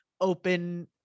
open